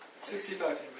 Sixty-five